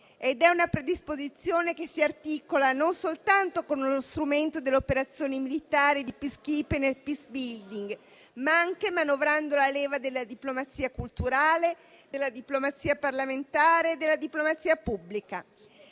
logiche che separano e si articola non soltanto con lo strumento delle operazioni militari di *peacekeeping* e *peacebuilding*, ma anche manovrando la leva della diplomazia culturale, della diplomazia parlamentare e della diplomazia pubblica.